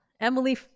Emily